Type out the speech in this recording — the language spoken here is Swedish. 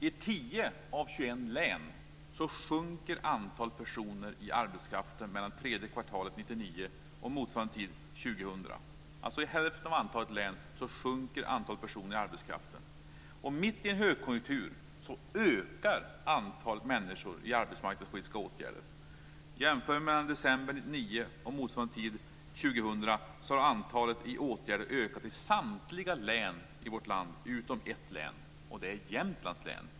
I 10 av 21 län minskade antalet personer i arbetskraften mellan tredje kvartalet 1999 och motsvarande tid 2000. I hälften av länen minskade alltså antalet personer i arbetskraften. Och mitt i en högkonjunktur ökade antalet människor i arbetsmarknadspolitiska åtgärder. Mellan december 1999 och motsvarande tid 2000 ökade antalet människor i åtgärder i samtliga län i vårt land, utom i ett, och det var Jämtlands län.